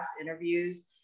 interviews